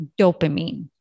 dopamine